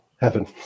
heaven